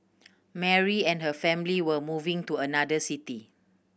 Mary and her family were moving to another city